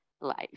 life